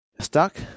stuck